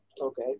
Okay